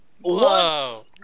whoa